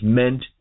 meant